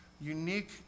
unique